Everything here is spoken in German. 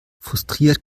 frustriert